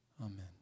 Amen